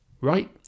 right